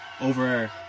over